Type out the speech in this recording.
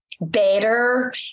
better